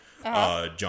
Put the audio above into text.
John